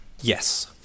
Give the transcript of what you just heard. Yes